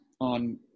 on